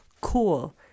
cool